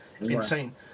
insane